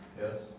Yes